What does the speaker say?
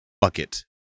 bucket